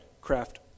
craft